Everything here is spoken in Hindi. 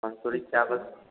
मंसूरी चावल